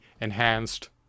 enhanced